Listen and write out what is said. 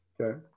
Okay